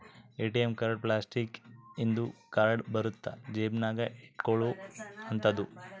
ATM card plastic ಇಂದು card ಇರುತ್ತ ಜೇಬ ನಾಗ ಇಟ್ಕೊಲೊ ಅಂತದು